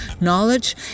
knowledge